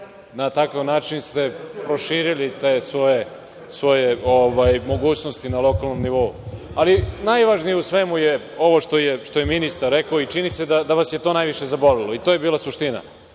na takav način ste proširili te svoje mogućnosti na lokalnom nivou. Najvažnije u svemu je ovo što je ministar rekao i čini se da vas je to najviše zabolelo, a to je bila suština.